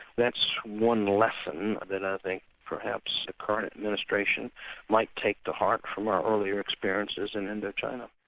that's one lesson that i think perhaps the current administration might take to heart from our earlier experiences in indo china.